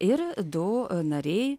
ir du nariai